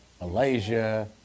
Malaysia